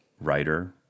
Writer